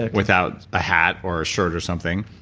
ah without a hat or a shirt or something,